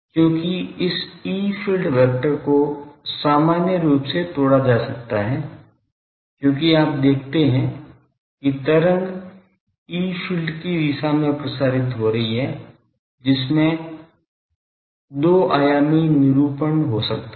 क्योंकि इस E field vector को सामान्य रूप से तोड़ा जा सकता है क्योंकि आप देखते हैं कि तरंग ई फ़ील्ड की दिशा में प्रसारित हो रही है जिसमें 2 आयामी निरूपण हो सकता है